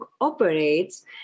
operates